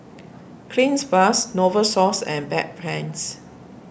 Cleanz Plus Novosource and Bedpans